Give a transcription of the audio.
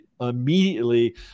immediately